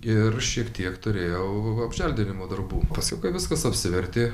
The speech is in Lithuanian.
ir šiek tiek turėjau apželdinimo darbų paskui kai viskas apsivertė